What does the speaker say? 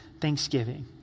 Thanksgiving